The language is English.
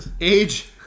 age